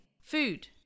food